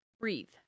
breathe